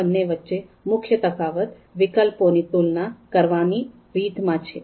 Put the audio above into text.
આ બંને વચ્ચે મુખ્ય તફાવત વિકલ્પોની તુલના કરવાની રીતમાં છે